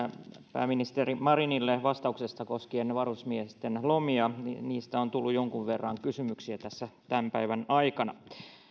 pääministeri marinille vastauksesta koskien varusmiesten lomia niistä on tullut jonkun verran kysymyksiä tässä tämän päivän aikana